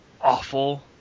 awful